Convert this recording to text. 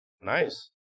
Nice